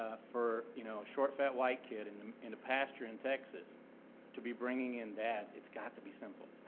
ah for, you know, a short, fat, white kid in in a pasture in texas to be bringing in dads, it's got to be simple.